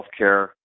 healthcare